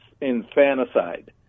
infanticide